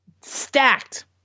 stacked